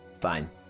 Fine